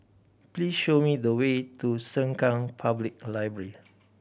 please show me the way to Sengkang Public Library